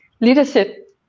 leadership